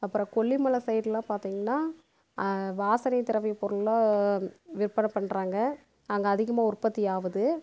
அப்புறம் கொல்லிமலை சைடெலாம் பார்த்திங்கன்னா வாசனை திரவியப் பொருள்லாம் விற்பனை பண்றாங்க அங்கே அதிகமாக உற்பத்தி ஆகுது